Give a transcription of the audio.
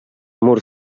murs